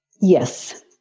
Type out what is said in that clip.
Yes